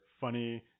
funny